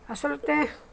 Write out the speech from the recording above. আচলতে